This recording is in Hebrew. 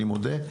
אני מודה,